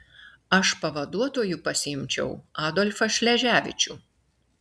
aš pavaduotoju pasiimčiau adolfą šleževičių